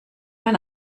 mein